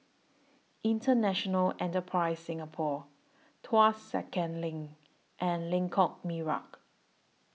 International Enterprise Singapore Tuas Second LINK and Lengkok Merak